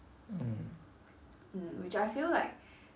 mm